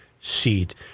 seat